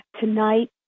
Tonight